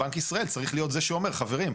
בנק ישראל צריך להיות זה שאומר חברים,